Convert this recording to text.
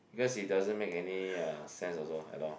because it doesn't make any uh sense also at all